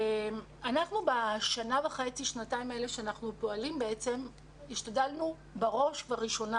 בשנה וחצי-שנתיים שאנחנו פועלים השתדלנו בראש ובראשונה,